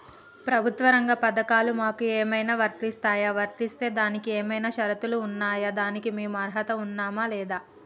ప్రభుత్వ రంగ పథకాలు మాకు ఏమైనా వర్తిస్తాయా? వర్తిస్తే దానికి ఏమైనా షరతులు ఉన్నాయా? దానికి మేము అర్హత ఉన్నామా లేదా?